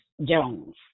jones